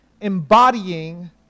embodying